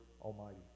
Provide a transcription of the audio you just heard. Almighty